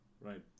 Right